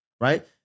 Right